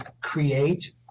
create